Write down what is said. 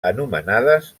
anomenades